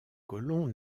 colons